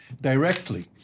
directly